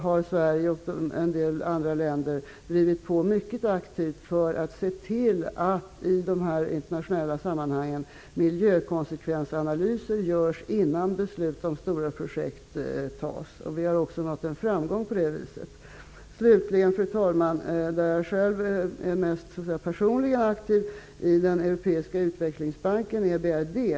har Sverige och en del andra länder drivit på mycket aktivt för att se till att miljökonsekvensanalyser görs i de internationella sammanhangen innan beslut om stora projekt fattas. Vi har också nått framgång i det avseendet. Fru talman! Avslutningsvis vill jag säga att jag är mest personligen aktiv i den europeiska utvecklingsbanken EBRD.